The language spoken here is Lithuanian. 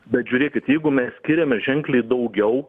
bet žiūrėkit jeigu mes skiriame ženkliai daugiau